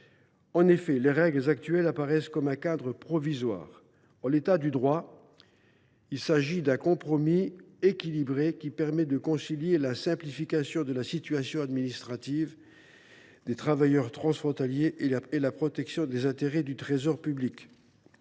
En effet, les règles actuelles apparaissent comme un cadre provisoire. En l’état du droit, il s’agit d’un compromis équilibré, qui permet de concilier la simplification de la situation administrative des travailleurs transfrontaliers et la protection des intérêts du Trésor public.